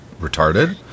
retarded